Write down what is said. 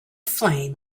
flame